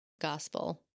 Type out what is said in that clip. gospel